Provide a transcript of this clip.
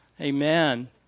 Amen